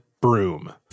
broom